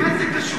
מה זה קשור?